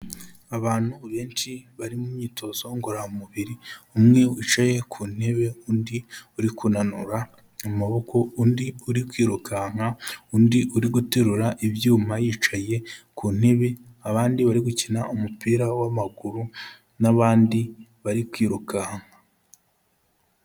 Abantu benshi bari mu myitozo ngororamubiri, umwe wicaye ku ntebe, undi uri kunanura amaboko, undi uri kwirukanka, undi uri guterura ibyuma yicaye ku ntebe, abandi bari gukina umupira w'amaguru n'abandi bari kwirukanka.